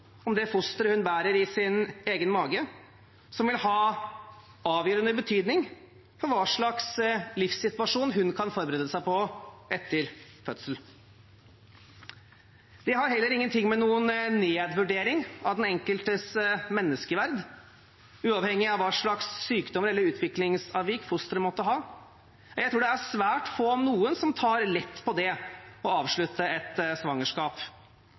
om det fosteret hun bærer i sin egen mage, informasjon som vil ha avgjørende betydning for hva slags livssituasjon hun kan forberede seg på etter fødselen. Det har heller ingenting med noen nedvurdering av den enkeltes menneskeverd å gjøre, uavhengig av hva slags sykdom eller utviklingsavvik fosteret måtte ha. Jeg tror det er svært få, om noen, som tar lett på det å avslutte et svangerskap.